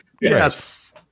Yes